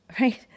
Right